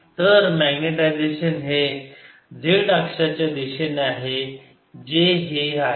तर मॅग्नेटायजेशन हे z अक्षाच्या दिशेने आहे जे हे आहे